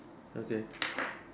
okay